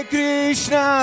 Krishna